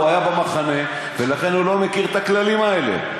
הוא היה ב"במחנה" ולכן הוא לא מכיר את הכללים האלה.